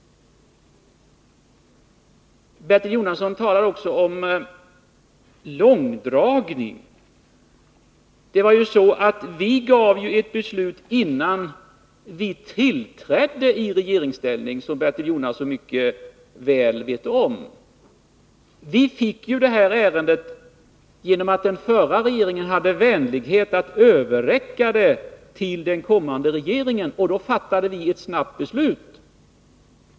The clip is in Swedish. Bertil Jonasson talar också om långdragning. Vi fattade ett beslut, innan vi kom i regeringsställning, vilket Bertil Jonasson mycket väl vet. Vi fick detta ärende, därför att den förra regeringen hade vänligheten att överräcka det till den kommande regeringen, när man inte kunde samla sig till ett beslut.